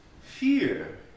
fear